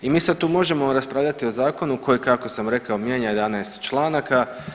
I mi sad tu možemo raspravljati o zakonu koji kako sam rekao mijenja 11 članaka.